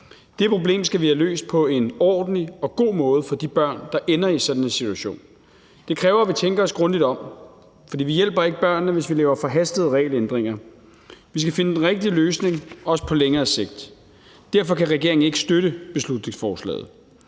Det problem skal vi have løst på en ordentlig og god måde for de børn, der ender i sådan en situation. Det kræver, at vi tænker os grundigt om, for vi hjælper ikke børnene, hvis vi laver forhastede regelændringer. Vi skal finde den rigtige løsning, også på længere sigt. Derfor kan regeringen ikke støtte beslutningsforslaget.